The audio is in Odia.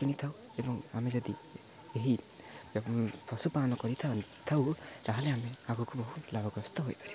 କିଣିଥାଉ ଏବଂ ଆମେ ଯଦି ଏହି ପଶୁପାଳନ କରିଥାଉ ଥାଉ ତାହେଲେ ଆମେ ଆଗକୁ ବହୁତ ଲାଭଗ୍ରସ୍ତ ହୋଇପାରିବା